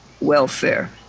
welfare